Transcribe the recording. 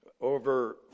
Over